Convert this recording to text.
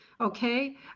Okay